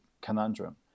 conundrum